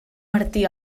martí